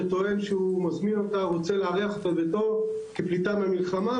וטוען שהוא רוצה לארח אותה בביתו כפליטה מהמלחמה,